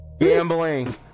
gambling